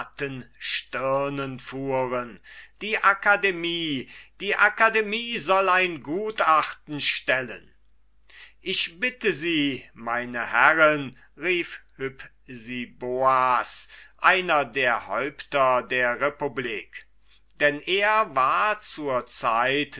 stirnen fuhren die akademie die akademie soll ein gutachten stellen ich bitte sie meine herren rief hypsiboas einer der häupter der republik denn er war zur zeit